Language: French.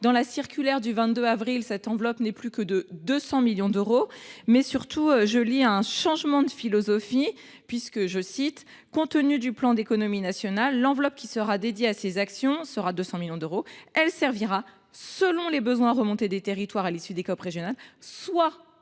Dans celle du 4 avril dernier, elle n’est plus que de 200 millions d’euros. Surtout, je lis un changement de philosophie :« Compte tenu du plan d’économies nationales, l’enveloppe qui sera dédiée à ces actions sera de 200 millions d’euros. Elle servira, selon les besoins remontés des territoires à l’issue des COP régionales, soit à renforcer